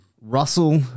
Russell